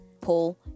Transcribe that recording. Paul